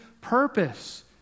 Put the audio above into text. purpose